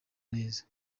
neza